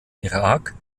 irak